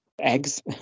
eggs